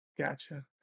Gotcha